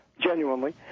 genuinely